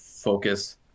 focus